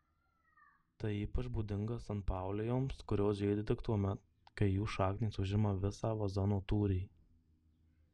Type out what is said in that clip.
tai ypač būdinga sanpaulijoms kurios žydi tik tuomet kai jų šaknys užima visą vazono tūrį